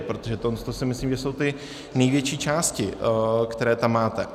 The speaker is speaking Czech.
Protože tohle si myslím, že jsou ty největší části, které tam máte.